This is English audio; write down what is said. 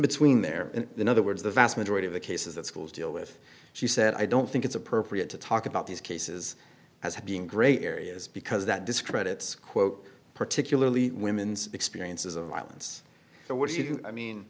between there and in other words the vast majority of the cases that schools deal with she said i don't think it's appropriate to talk about these cases as being great areas because that discredits quote particularly women's experiences of violence so what do you i mean